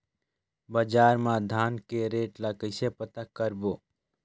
बजार मा धान के रेट ला कइसे पता करबो?